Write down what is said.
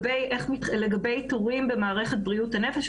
לגבי תורים במערכת בריאות הנפש.